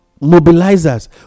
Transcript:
mobilizers